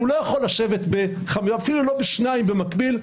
-- הוא לא יכול לשבת, אפילו לא בשתיים במקביל.